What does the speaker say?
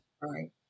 Right